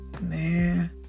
man